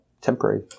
temporary